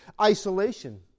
isolation